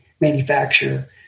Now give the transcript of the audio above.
manufacture